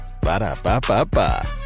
Ba-da-ba-ba-ba